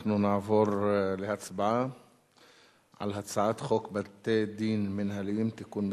אנחנו נעבור להצבעה על הצעת חוק בתי-דין מינהליים (תיקון מס'